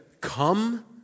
come